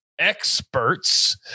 experts